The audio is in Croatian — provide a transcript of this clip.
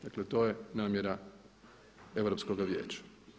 Dakle, to je namjera Europskoga vijeća.